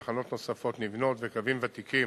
תחנות נוספות נבנות וקווים ותיקים